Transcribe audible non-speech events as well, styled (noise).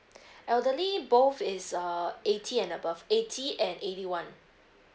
(breath) elderly both is err eighty and above eighty and eighty one